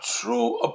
true